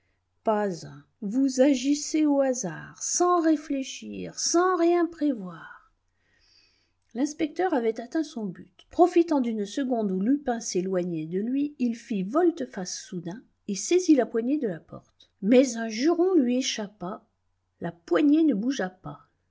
pas un vous agissez au hasard sans réfléchir sans rien prévoir l'inspecteur avait atteint son but profitant d'une seconde où lupin s'éloignait de lui il fit volte-face soudain et saisit la poignée de la porte mais un juron lui échappa la poignée ne bougea pas